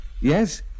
Yes